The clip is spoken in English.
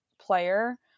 player